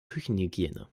küchenhygiene